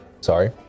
Sorry